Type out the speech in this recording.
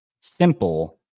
simple